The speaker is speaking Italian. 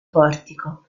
portico